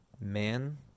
man